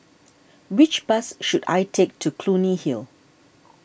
which bus should I take to Clunny Hill